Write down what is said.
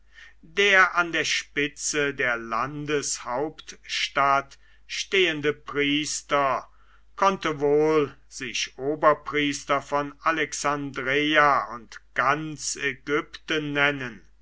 der an der spitze der landeshauptstadt stehende priester konnte wohl sich oberpriester von alexandreia und ganz ägypten nennen